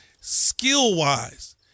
Skill-wise